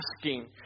asking